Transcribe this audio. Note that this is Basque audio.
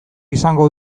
izango